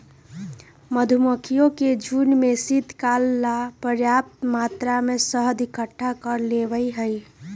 मधुमक्खियन के झुंड शीतकाल ला पर्याप्त मात्रा में शहद इकट्ठा कर लेबा हई